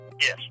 Yes